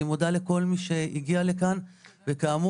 אני מודה לכל מי שהגיע לכאן וכאמור,